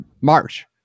march